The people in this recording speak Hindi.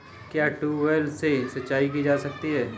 क्या ट्यूबवेल से सिंचाई की जाती है?